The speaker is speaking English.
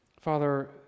Father